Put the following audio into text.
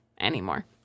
anymore